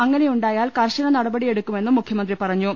അങ്ങനെയുണ്ടായാൽ കർശ്ശന നട പടിയെടുക്കുമെന്നും മുഖ്യമന്ത്രി പറഞ്ഞു